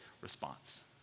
response